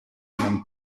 and